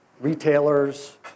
retailers